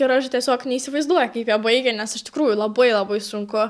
ir aš tiesiog neįsivaizduoju kaip jie baigė nes iš tikrųjų labai labai sunku